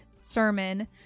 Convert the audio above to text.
sermon